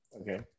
Okay